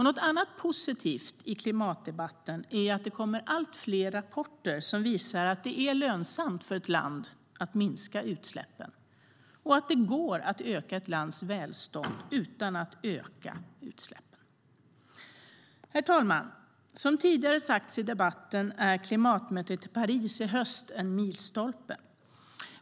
Något annat positivt i klimatdebatten är att det kommer allt fler rapporter som visar att det är lönsamt för ett land att minska utsläppen och att det går att öka ett lands välstånd utan att öka utsläppen. Herr talman! Som tidigare sagts i debatten är klimatmötet i Paris i höst en milstolpe.